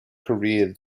career